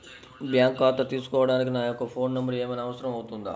Bank ఖాతా తీసుకోవడానికి నా యొక్క ఫోన్ నెంబర్ ఏమైనా అవసరం అవుతుందా?